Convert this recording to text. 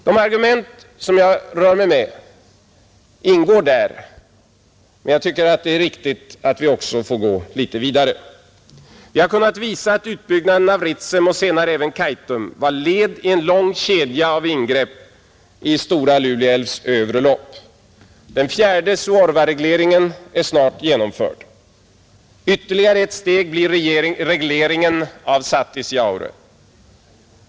Vi har kunnat visa att utbyggnaden av Ritsem och senare även Kaitum var led i en lång kedja av ingrepp i Stora Lule älvs övre lopp. Den fjärde Suorvaregleringen är snart genomförd. Ytterligare ett steg blir regleringen av Satisjaure.